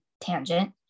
tangent